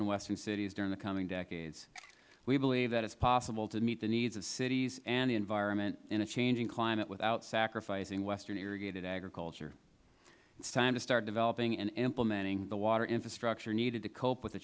in western cities during the coming decades we believe it is possible to meet the needs of cities and the environment in a changing climate without sacrificing western irrigated agriculture it is time to start developing and implementing the water infrastructure needed to cope with the